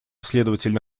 следовательно